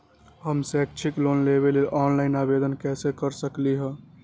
हम शैक्षिक लोन लेबे लेल ऑनलाइन आवेदन कैसे कर सकली ह?